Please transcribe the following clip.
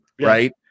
Right